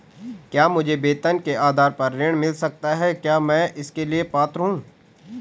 क्या मुझे वेतन के आधार पर ऋण मिल सकता है क्या मैं इसके लिए पात्र हूँ?